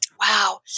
wow